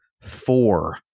four